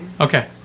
Okay